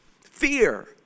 fear